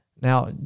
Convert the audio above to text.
Now